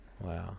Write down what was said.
Wow